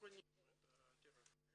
קונים דירות כאלה.